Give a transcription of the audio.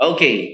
Okay